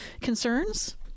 concerns